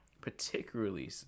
particularly